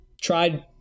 tried